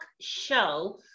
Show